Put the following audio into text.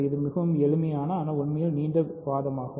இது மிகவும் எளிமையான ஆனால் உண்மையில் நீண்ட வாதமாகும்